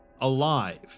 alive